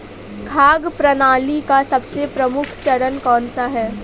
खाद्य प्रणाली का सबसे प्रमुख चरण कौन सा है?